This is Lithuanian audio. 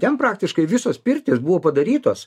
ten praktiškai visos pirtys buvo padarytos